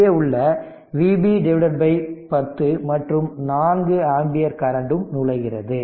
இங்கே உள்ள current Vb 10 மற்றும் 4 ஆம்பியர் கரண்டும் நுழைகிறது